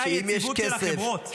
זו היציבות של החברות.